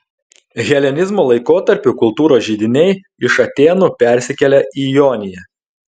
helenizmo laikotarpiu kultūros židiniai iš atėnų persikėlė į joniją